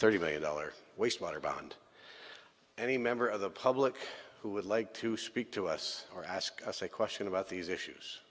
thirty million dollars wastewater beyond any member of the public who would like to speak to us or ask us a question about these issues